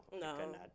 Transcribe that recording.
No